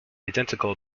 identical